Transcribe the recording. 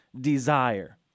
Desire